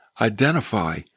identify